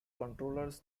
controllers